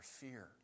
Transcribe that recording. fear